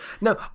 No